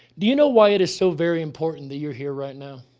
do you know why it is so very important that you're here right now?